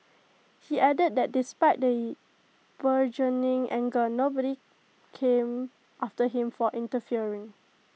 he added that despite the burgeoning anger nobody came after him for interfering